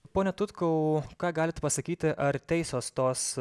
pone tutkau ką galit pasakyti ar teisios tos